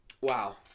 Wow